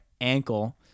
ankle